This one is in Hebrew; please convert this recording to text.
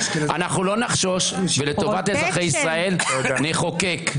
אנחנו לא נחשוש ולטובת אזרחי ישראל נחוקק.